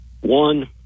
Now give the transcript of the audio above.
One